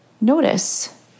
Notice